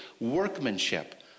workmanship